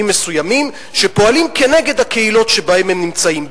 מסוימים שפועלים כנגד הקהילות שבהן הם נמצאים,